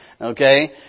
Okay